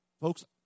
Folks